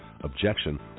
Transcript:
objection